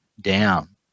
down